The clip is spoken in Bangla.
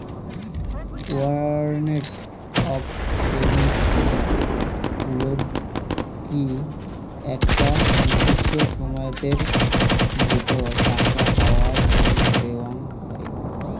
ওয়ারেন্ট অফ পেমেন্ট কুনো লোককি একটা নির্দিষ্ট সময়াতের ভিতর টাকা পাওয়ার তন্ন দেওয়াঙ হই